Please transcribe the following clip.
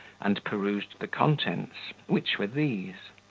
and perused the contents, which were these